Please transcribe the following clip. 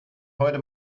heute